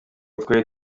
twari